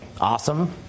awesome